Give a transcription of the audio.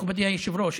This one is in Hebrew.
מכובדי היושב-ראש,